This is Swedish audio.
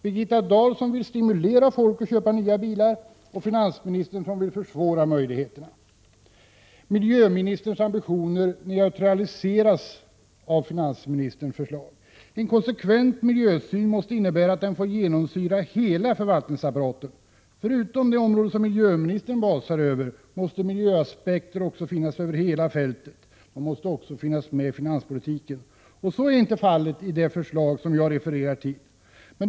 Birgitta Dahl vill stimulera folk att köpa nya bilar, och finansministern vill försvåra dessa möjligheter. Miljöministerns ambitioner neutraliseras av finansministerns förslag. En konsekvent miljösyn måste innebära att den får genomsyra hela förvaltningsapparaten. Förutom det område som miljöministern basar över måste miljöaspekter också finnas med över hela fältet. De måste också finnas med i finanspolitiken. Så är inte fallet i det förslag som jag refererar till.